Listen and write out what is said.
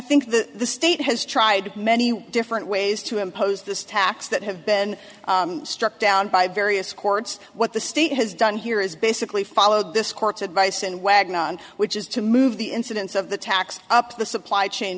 think the state has tried many different ways to impose this tax that have been struck down by various courts what the state has done here is basically followed this court's advice and wagon on which is to move the incidence of the tax up to the supply chain